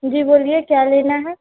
जी बोलिए क्या लेना है